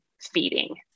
feeding